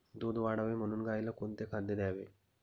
दूध वाढावे म्हणून गाईला कोणते खाद्य द्यावे?